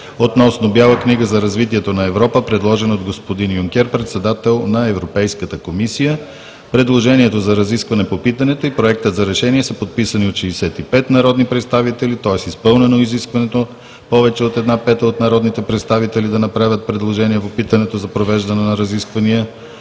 относно Бяла книга за развитието на Европа, предложена от господин Юнкер – председател на Европейската комисия. Предложението за разискване по питането и Проектът за решение са подписани от 65 народни представители, тоест изпълнено е изискването повече от 1/5 от народните представители да направят предложение по питането за провеждане на разисквания.